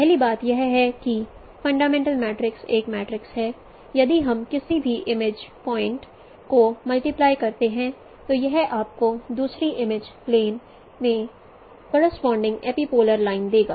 पहली बात यह है कि एक फंडामेंटल मैट्रिक्स एक मैट्रिक्स है यदि हम किसी भी इमेज पॉइंट् को मल्टीप्लाई करते हैं तो यह आपको दूसरी इमेज प्लेन में करोसपोंडिंग एपीपोलर लाइन देगा